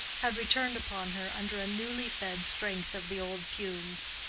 had returned upon her under a newly-fed strength of the old fumes.